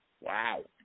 Wow